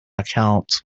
account